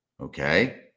Okay